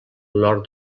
nord